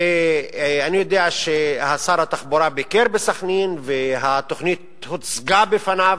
אני יודע ששר התחבורה ביקר בסח'נין והתוכנית הוצגה בפניו.